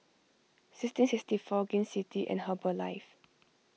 sixteen sixty four Gain City and Herbalife